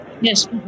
Yes